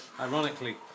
ironically